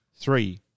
three